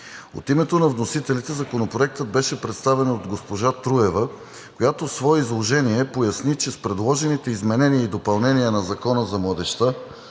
От името на вносителите Законопроектът беше представен от госпожа Труева, която в своето изложение поясни, че с предложените изменения и допълнения на Закона за младежта